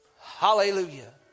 Hallelujah